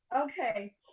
okay